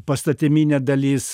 pastatyminė dalis